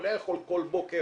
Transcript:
הוא לא יכול כל בוקר